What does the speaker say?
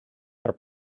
are